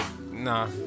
nah